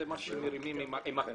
זה מה שמרימים עם הכבלים.